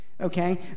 okay